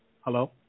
Hello